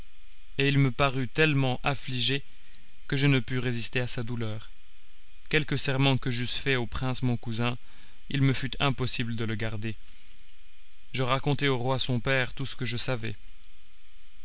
et il me parut tellement affligé que je ne pus résister à sa douleur quelque serment que j'eusse fait au prince mon cousin il me fut impossible de le garder je racontai au roi son père tout ce que je savais